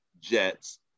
Jets